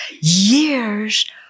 years